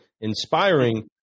inspiring